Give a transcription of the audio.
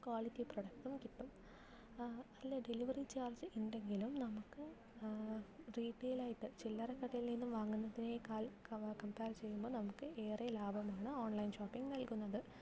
quality പ്രോഡക്ടും കിട്ടും അതില് ഡെലിവറി ചാർജ്ജ് ഉണ്ടെങ്കിലും നമുക്ക് റീറ്റെയിലായിട്ട് ചില്ലറ കടയിൽ നിന്ന് വാങ്ങുന്നതിനേക്കാൾ കംപെയർ ചെയ്യുമ്പോൾ നമുക്ക് ഏറെ ലാഭമുള്ള ഓൺലൈൻ ഷോപ്പിംഗ് നൽകുന്നത്